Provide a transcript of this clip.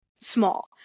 small